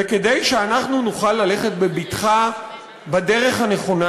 וכדי שאנחנו נוכל ללכת בבטחה בדרך הנכונה,